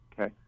okay